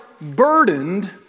burdened